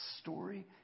story